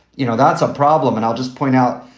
you know, that's a problem. and i'll just point out,